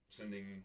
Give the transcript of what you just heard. sending